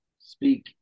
speak